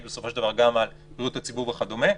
בסופו של דבר גם על בריאות הציבור וכדומה,